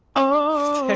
oh,